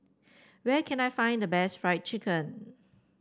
where can I find the best Fried Chicken